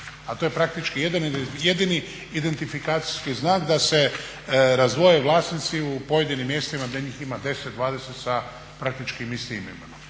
a to je jedini identifikacijski znak da se razvoje vlasnici u pojedinim mjestima gdje njih ima 10, 20 sa istim imenom.